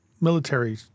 military